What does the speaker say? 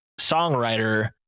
songwriter